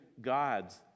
gods